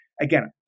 Again